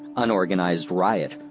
unorganized riot,